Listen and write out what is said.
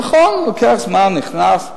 נכון, לוקח זמן, נכנס.